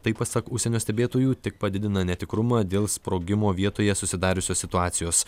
tai pasak užsienio stebėtojų tik padidina netikrumą dėl sprogimo vietoje susidariusios situacijos